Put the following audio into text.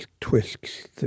twists